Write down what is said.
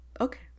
okay